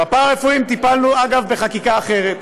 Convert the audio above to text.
בפארה-רפואיים טיפלנו, אגב, בחקיקה אחרת.